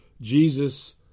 Jesus